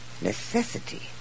necessity